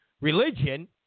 religion